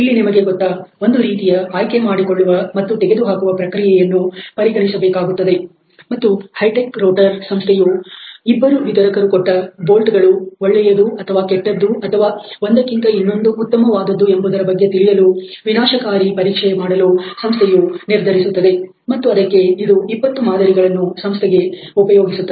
ನಿಮಗೆ ತಿಳಿದಂತೆ ಒಂದು ರೀತಿಯ ಆಯ್ಕೆಮಾಡಿಕೊಳ್ಳುವ ಮತ್ತು ತೆಗೆದುಹಾಕುವ ಪ್ರಕ್ರಿಯೆಯನ್ನು ಇಲ್ಲಿ ಪರಿಗಣಿಸಬೇಕಾಗುತ್ತದೆ ಮತ್ತು ಹೈ ಟೆಕ್ ರೋಟರ್ ಸಂಸ್ಥೆಯು ಇಬ್ಬರು ವಿತರಕರು ಕೊಟ್ಟ ಬೋಲ್ಟ್'ಗಳು ಒಳ್ಳೆಯದು ಅಥವಾ ಕೆಟ್ಟದ್ದು ಅಥವಾ ಒಂದಕ್ಕಿಂತ ಇನ್ನೊಂದು ಉತ್ತಮವಾದದ್ದು ಎಂಬುದರ ಬಗ್ಗೆ ತಿಳಿಯಲು ವಿನಾಶಕಾರಿ ಪರೀಕ್ಷೆ ಯನ್ನು ಮಾಡಲು ಸಂಸ್ಥೆಯು ನಿರ್ಧರಿಸುತ್ತದೆ ಮತ್ತು ಅದಕ್ಕೆ ಇದು 20 ಮಾದರಿಗಳನ್ನು ಸಂಸ್ಥೆಯು ಉಪಯೋಗಿಸುತ್ತದೆ